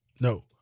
No